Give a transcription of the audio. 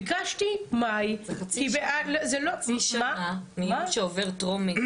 ביקשתי מאי --- זה חצי שנה מיום שעובר טרומית,